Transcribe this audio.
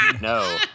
No